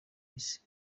isi